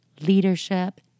leadership